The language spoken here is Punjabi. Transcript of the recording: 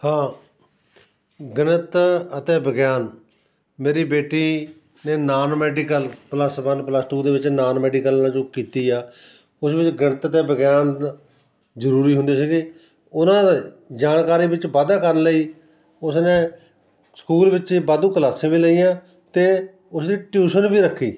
ਹਾਂ ਗਣਿਤ ਅਤੇ ਵਿਗਿਆਨ ਮੇਰੀ ਬੇਟੀ ਦੇ non medical plus one plus two ਦੇ ਵਿੱਚ ਨਾਨ ਮੈਡੀਕਲ ਨਾਲ ਜੋ ਕੀਤੀ ਆ ਉਸ ਵਿੱਚ ਗਣਿਤ ਅਤੇ ਵਿਗਿਆਨ ਜ਼ਰੂਰੀ ਹੁੰਦੇ ਸੀਗੇ ਉਹਨਾਂ ਜਾਣਕਾਰੀ ਵਿੱਚ ਵਾਧਾ ਕਰਨ ਲਈ ਉਸਨੇ ਸਕੂਲ ਵਿੱਚ ਵਾਧੂ ਕਲਾਸਾਂ ਵੀ ਲਾਈਆਂ ਅਤੇ ਉਸ ਦੀ ਟਿਊਸ਼ਨ ਵੀ ਰੱਖੀ